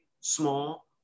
small